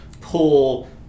pull